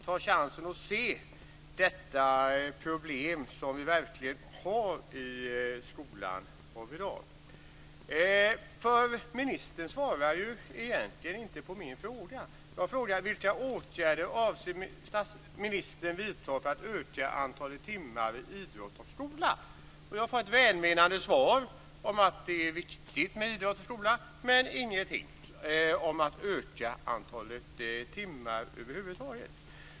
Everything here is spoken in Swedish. Ta chansen och se detta problem som vi verkligen har i skolan av i dag! Ministern svarar ju egentligen inte på min fråga. Jag frågade: "Vilka åtgärder avser utbildningsministern vidta för att öka antalet timmar i idrott och hälsa i skolan?" Jag får ett välmenande svar om att det är viktigt med idrott i skolan, men ingenting om att öka antalet timmar över huvud taget.